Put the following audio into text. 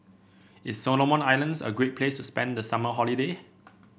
is Solomon Islands a great place to spend the summer holiday